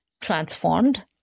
transformed